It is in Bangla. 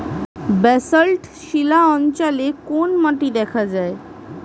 ব্যাসল্ট শিলা অঞ্চলে কোন মাটি দেখা যায়?